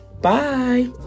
Bye